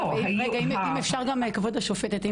כבודת השופטת,